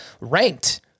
ranked